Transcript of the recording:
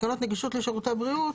תקנות נגישות לשירותי בריאות.